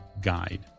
guide